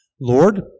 Lord